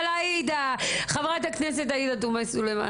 אבל חברת הכנסת עאידה תומא סלימאן,